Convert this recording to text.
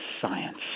science